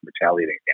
retaliating